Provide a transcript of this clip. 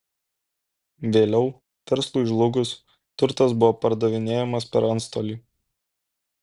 vėliau verslui žlugus turtas buvo pardavinėjamas per antstolį